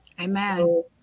amen